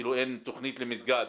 אפילו אין תוכנית למסגד.